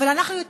אבל יותר מזה: